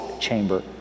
chamber